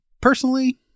Personally